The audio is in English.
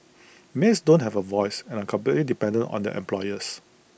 maids don't have A voice and are completely dependent on their employers